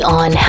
on